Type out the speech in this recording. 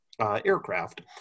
aircraft